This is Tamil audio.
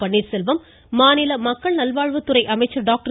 பன்னீர்செல்வம் மாநில மக்கள் நல்வாழ்வுத்துறை அமைச்சர் டாக்டர்